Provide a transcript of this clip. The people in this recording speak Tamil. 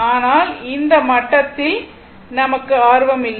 ஆனால் இந்த மட்டத்தில் நமக்கு ஆர்வம் இல்லை